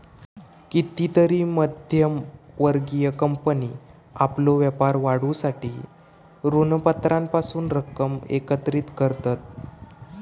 कितीतरी मध्यम वर्गीय कंपनी आपलो व्यापार वाढवूसाठी ऋणपत्रांपासून रक्कम एकत्रित करतत